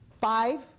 Five